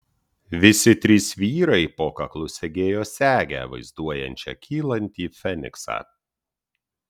visi trys vyrai po kaklu segėjo segę vaizduojančią kylantį feniksą